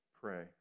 pray